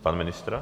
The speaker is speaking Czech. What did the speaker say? Pan ministr?